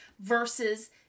versus